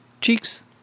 cheeks